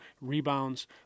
rebounds